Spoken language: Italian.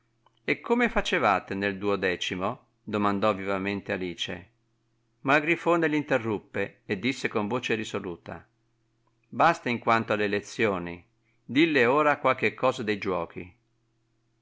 e come facevate nel duodecimo domandò vivamente alice ma il grifone l'interruppe e disse con voce risoluta basta in quanto alle lezioni dìlle ora qualche cosa dei giuochi